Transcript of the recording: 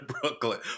Brooklyn